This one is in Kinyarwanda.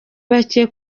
bake